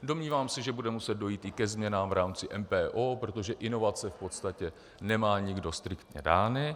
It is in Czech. Domnívám se, že bude muset dojít i ke změnám v rámci MPO, protože inovace v podstatě nemá nikdo striktně dány.